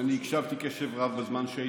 אני הקשבתי בקשב רב למה שאמרת בזמן שהיית,